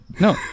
No